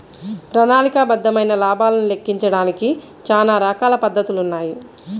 ప్రణాళికాబద్ధమైన లాభాలను లెక్కించడానికి చానా రకాల పద్ధతులున్నాయి